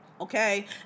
Okay